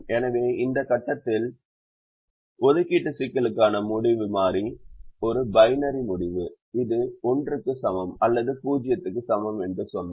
எனவே இந்த கட்டத்தில் ஒதுக்கீட்டு சிக்கலுக்கான முடிவு மாறி ஒரு பைனரி முடிவு இது 1 க்கு சமம் அல்லது அது 0 க்கு சமம் என்று சொன்னோம்